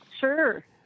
Sure